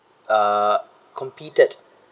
uh competed